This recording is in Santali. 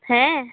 ᱦᱮᱸ